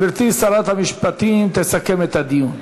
גברתי שרת המשפטים תסכם את הדיון.